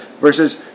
versus